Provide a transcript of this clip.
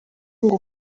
ngo